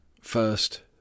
First